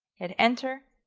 hit enter,